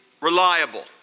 reliable